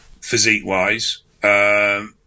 physique-wise